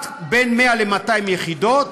בין 100 ל-200 יחידות,